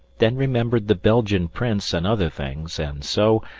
then remembered the belgian prince and other things, and so,